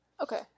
Okay